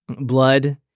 blood